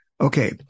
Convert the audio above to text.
Okay